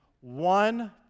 one